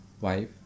wife